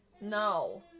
No